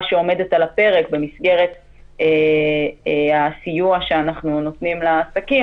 שעומדת על הפרק במסגרת הסיוע שאנחנו נותנים לעסקים,